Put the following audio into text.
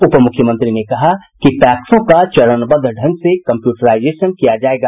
उपमुख्यमंत्री ने कहा कि पैक्सों का चरणबद्ध ढंग से कम्प्यूटराईजेशन किया जायेगा